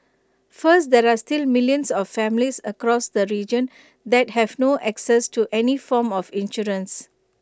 first there are still millions of families across the region that have no access to any form of insurance